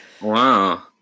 wow